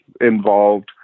Involved